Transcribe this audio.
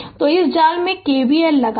तो इस जाल में K V L लगाएं